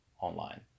online